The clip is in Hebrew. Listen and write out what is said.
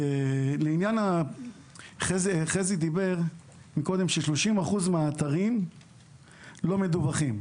חזי אמר קודם ש-30% מן האתרים לא מדווחים.